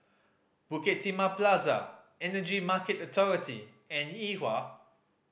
Bukit Timah Plaza Energy Market Authority and Yuhua